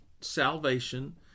Salvation